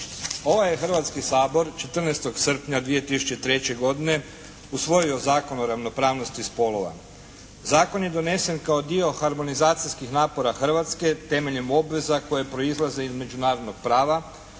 Ovaj je Hrvatski sabor 14. srpnja 2003. godine usvojio Zakon o ravnopravnosti spolova. Zakon je donesen kao dio harmonizacijskih napora Hrvatske temeljem obveza koje proizlaze iz Međunarodnog prava